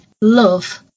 love